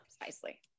Precisely